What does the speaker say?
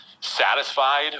satisfied